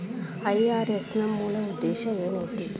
IRS ನ ಮೂಲ್ ಉದ್ದೇಶ ಏನೈತಿ?